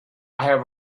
have